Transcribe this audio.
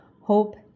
hope